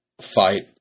fight